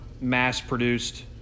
mass-produced